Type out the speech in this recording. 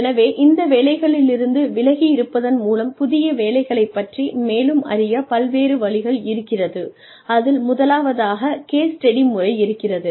எனவே இந்த வேலைகளிலிருந்து விலகி இருப்பதன் மூலம் புதிய வேலைகளைப் பற்றி மேலும் அறிய பல்வேறு வழிகள் இருக்கிறது அதில் முதலாவதாக கேஸ் ஸ்டடி முறை இருக்கிறது